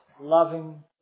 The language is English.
loving